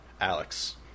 Alex